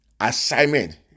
assignment